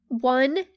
one